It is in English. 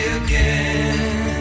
again